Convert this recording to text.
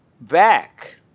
Back